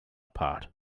part